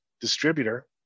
distributor